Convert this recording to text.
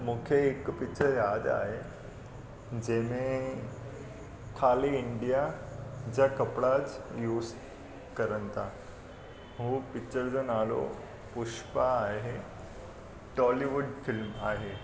मूंखे हिकु पिचर यादि आहे जंहिंमें खाली इंडिया जा कपिड़ा यूस कनि था हो पिचर जो नालो पुष्पा आहे टॉलीवुड फिल्म आहे